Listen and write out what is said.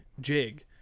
jig